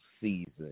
season